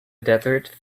desert